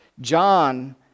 John